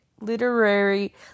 literary